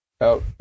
out